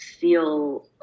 feel